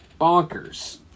bonkers